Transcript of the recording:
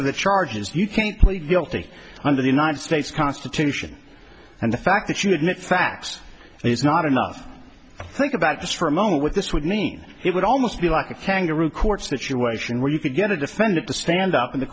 the charges you can't plead guilty under the united states constitution and the fact that you admit facts it's not enough think about this for a moment with this would mean it would almost be like a kangaroo court situation where you could get a defendant to stand up in the